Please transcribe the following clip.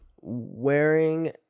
wearing